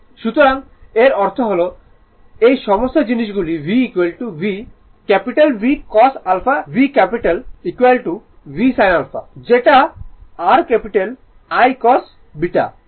সুতরাং এর অর্থ হল যে এই সমস্ত জিনিস গুলি V V V capital Vcos α V capital V sin α I r capital I cos β I I sin β